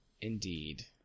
indeed